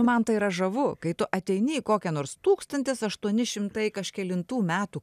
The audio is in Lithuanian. man tai yra žavu kai tu ateini į kokią nors tūkstantis aštuoni šimtai kažkelintų metų